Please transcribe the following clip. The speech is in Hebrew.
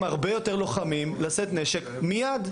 לתת להרבה יותר לוחמים לשאת נשק מיד.